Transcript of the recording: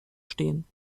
stehen